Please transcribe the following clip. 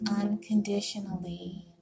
unconditionally